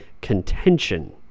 contention